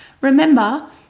remember